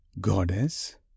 Goddess